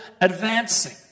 advancing